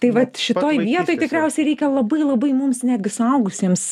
tai vat šitoj vietoj tikriausiai reikia labai labai mums netgi suaugusiems